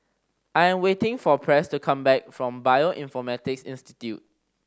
I am waiting for Press to come back from Bioinformatics Institute